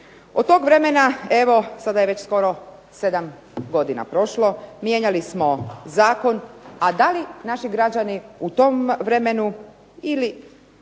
Od tog vremena evo sada je već skoro sedam godina prošlo. Mijenjali smo zakon, a da li naši građani u tom vremenu ili